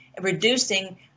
reducing